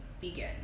begin